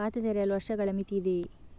ಖಾತೆ ತೆರೆಯಲು ವರ್ಷಗಳ ಮಿತಿ ಇದೆಯೇ?